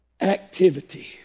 activity